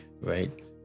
right